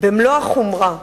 במלוא החומרה,